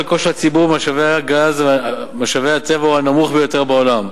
חלקו של הציבור במשאבי הטבע הוא הנמוך ביותר בעולם,